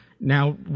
now